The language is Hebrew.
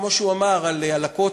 כמו שהוא אמר על הכותל,